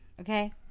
Okay